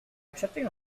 accepting